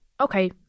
okay